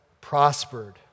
prospered